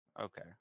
Okay